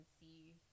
see